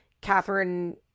Catherine